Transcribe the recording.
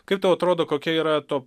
kaip tau atrodo kokia yra to